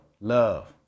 love